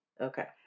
Okay